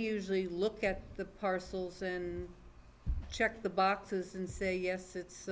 usually look at the parcels and check the boxes and say yes it's